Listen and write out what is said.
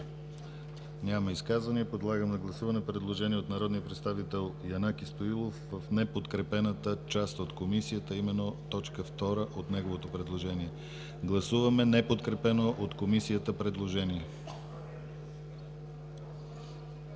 Няма изказвания. Подлагам на гласуване предложение от народния представител Янаки Стоилов в неподкрепената част от Комисията, а именно т. 2 от неговото предложение. Гласували 74 народни представители: